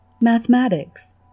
mathematics